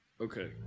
Okay